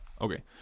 Okay